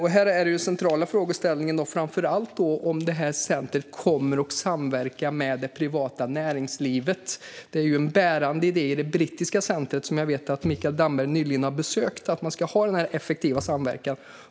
Här är den centrala frågan om centret kommer att samverka med det privata näringslivet. Det är en bärande idé i det brittiska centret, som jag vet att Mikael Damberg nyligen har besökt, att det ska vara en effektiv samverkan.